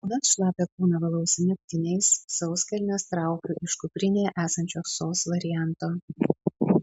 tuomet šlapią kūną valausi naktiniais sauskelnes traukiu iš kuprinėje esančio sos varianto